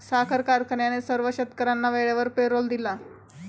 साखर कारखान्याने सर्व शेतकर्यांना वेळेवर पेरोल दिला